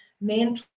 main